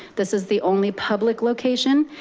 this is the only public location,